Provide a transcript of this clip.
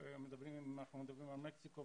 אם אנחנו מדברים על מקסיקו,